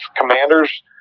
commanders